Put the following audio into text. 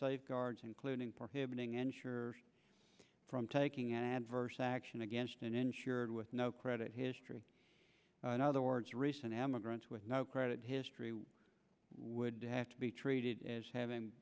safeguards including prohibiting ensure from taking adverse action against an insured with no credit history in other words recent immigrants with no credit history would have to be treated as having